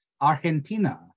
Argentina